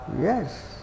Yes